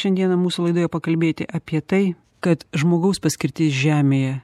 šiandieną mūsų laidoje pakalbėti apie tai kad žmogaus paskirtis žemėje